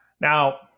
Now